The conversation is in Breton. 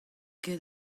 ket